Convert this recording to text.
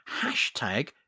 hashtag